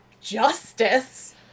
justice